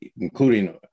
including